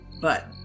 but-